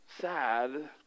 sad